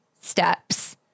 steps